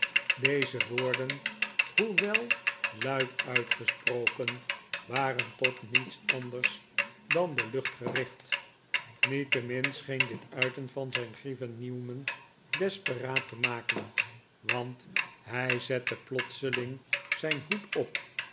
deze woorden hoewel luid uitgesproken waren tot niets anders dan de lucht gericht niettemin scheen dit uiten van zijn grieven newman desperaat te maken want hij zette plotseling zijn hoed op